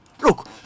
look